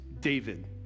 David